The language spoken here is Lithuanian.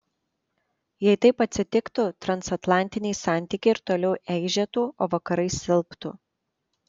jei taip atsitiktų transatlantiniai santykiai ir toliau eižėtų o vakarai silptų